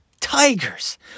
tigers